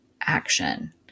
action